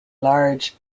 large